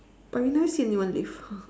but we never see anyone leave